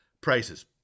prices